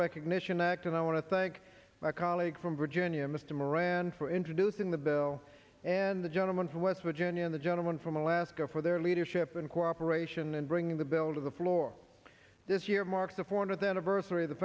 recognition act and i want to thank my colleague from virginia mr moran for introducing the bill and the gentleman from west virginia the gentleman from alaska for their leadership in cooperation and bringing the bill to the floor this year marks the fortieth anniversary of the